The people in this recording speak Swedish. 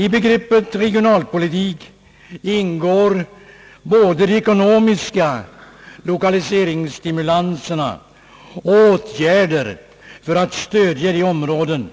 I begreppet regionalpolitik ingår både de ekonomiska lokaliseringsstimulanserna och åtgärder för att stödja de områden